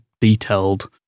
detailed